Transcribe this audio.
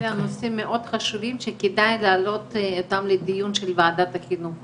זה גם נושאים מאוד חשובים שכדאי להעלות אותם לדיון של וועדת החינוך